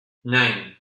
nine